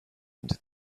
into